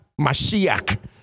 Mashiach